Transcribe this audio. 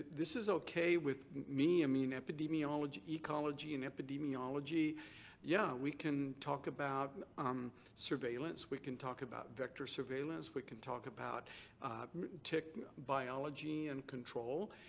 this is okay with me. i mean epidemiology, ecology and epidemiology yeah we can talk about um surveillance. we can talk about vector surveillance. we can talk about tick biology and control.